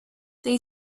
they